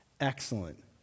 Excellent